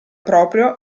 proprio